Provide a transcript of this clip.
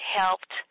helped